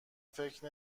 فکر